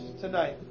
tonight